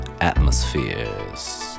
atmospheres